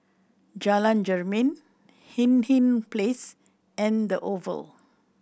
Jalan Jermin Hindhede Place and The Oval